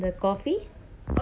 the coffee